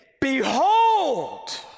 behold